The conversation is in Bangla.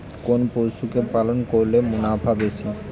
কোন পশু কে পালন করলে মুনাফা বেশি?